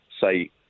say